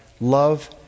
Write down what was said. love